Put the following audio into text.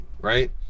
right